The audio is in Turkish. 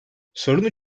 sorunu